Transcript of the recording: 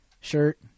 shirt